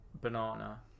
Banana